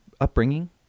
upbringing